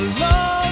love